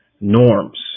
norms